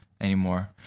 anymore